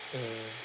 mm